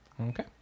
Okay